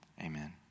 amen